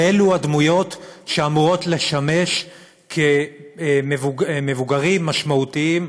ואלה הדמויות שאמורות לשמש מבוגרים משמעותיים,